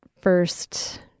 first